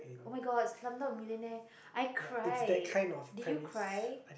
oh-my-god slumdog-millionaire I cried did you cry